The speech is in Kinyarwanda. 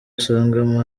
usangamo